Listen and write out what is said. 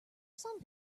some